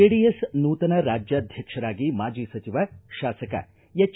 JDS ನೂತನ ರಾಜ್ಯಾಧ್ವಕ್ಷರಾಗಿ ಮಾಜಿ ಸಚಿವ ಶಾಸಕ ಎಚ್